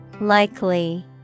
Likely